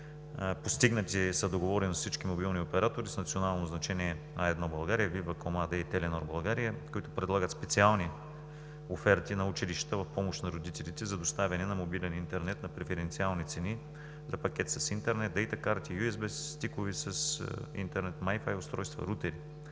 Постигнати са договорености с всички мобилни оператори с национално значение – А1 България, Виваком АД и Теленор България, които предлагат специални оферти на училищата, в помощ на родителите, за доставяне на мобилен интернет на преференциални цени – на пакет с интернет, дейта карта, USB-стикове с интернет, Mi-Fi устройства, рутери.